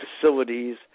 facilities